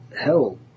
hell